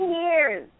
years